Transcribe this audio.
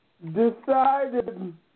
decided